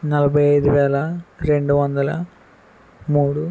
నలభై ఐదు వేల రెండు వందల మూడు